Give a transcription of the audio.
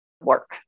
work